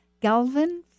Galvin